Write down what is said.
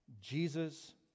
Jesus